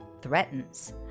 threatens